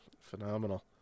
Phenomenal